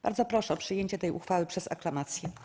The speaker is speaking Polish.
Bardzo proszę o przyjęcie tej uchwały przez aklamację.